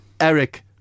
Eric